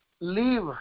leave